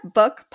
book